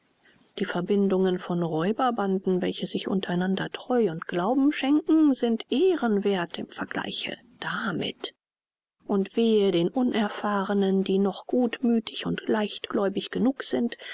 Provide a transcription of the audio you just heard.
die verbindungen von räuberbanden welche sich untereinander treu und glauben schenken sind ehrenwerth im vergleiche damit und wehe den unerfahrenen die noch gutmüthig und leichtgläubig genug sind